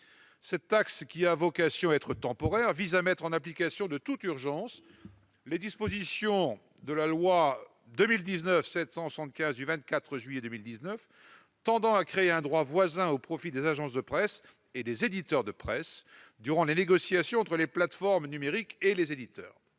Cette taxe, qui a vocation être temporaire, vise à mettre en application de toute urgence les dispositions de la loi n° 2019-775 du 24 juillet 2019 tendant à créer un droit voisin au profit des agences de presse et des éditeurs de presse durant les négociations entre les plateformes et les éditeurs